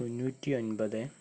തൊണ്ണൂറ്റിയൊൻപത്